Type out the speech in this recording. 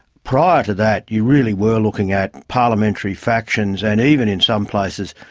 prior to that you really were looking at parliamentary factions and even in some places,